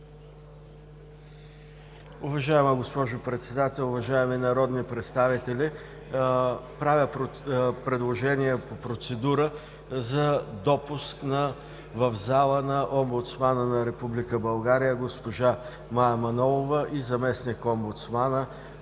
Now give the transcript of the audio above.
Уважаема госпожо Председател, уважаеми народни представители! Правя предложение по процедура за допуск в залата на омбудсмана на Република България госпожа Мая Манолова и заместник-омбудсмана